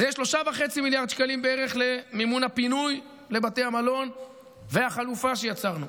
אז יש 3.5 מיליארד שקלים בערך למימון הפינוי לבתי המלון והחלופה שיצרנו,